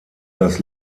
das